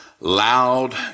loud